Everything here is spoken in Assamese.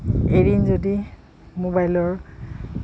এদিন যদি মোবাইলৰ